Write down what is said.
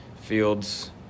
fields